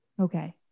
Okay